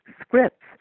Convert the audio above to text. scripts